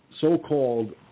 so-called